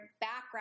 background